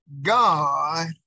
God